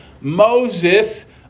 Moses